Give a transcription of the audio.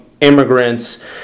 immigrants